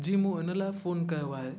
जी मूं हिन लाइ फ़ोन कयो आहे